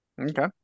Okay